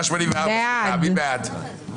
מי נמנע?